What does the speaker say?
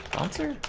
answered